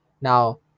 Now